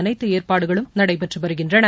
அனைத்து ஏற்பாடுகளும் நடைபெற்று வருகின்றன